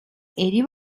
eddie